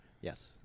Yes